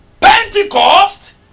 Pentecost